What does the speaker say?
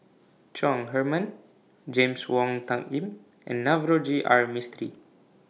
Chong Heman James Wong Tuck Yim and Navroji R Mistri